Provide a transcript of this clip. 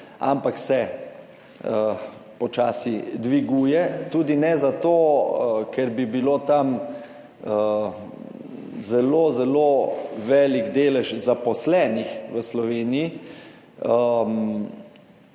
11.55 (Nadaljevanje) tudi ne zato, ker bi bilo tam zelo, zelo velik delež zaposlenih v Sloveniji.